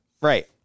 Right